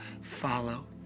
follow